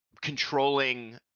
controlling